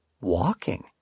walking